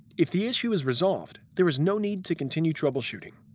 if the issue is resolved, there is no need to continue troubleshooting.